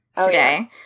today